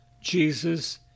Jesus